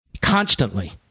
constantly